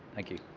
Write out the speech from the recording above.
thank you